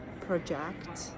project